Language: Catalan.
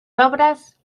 obres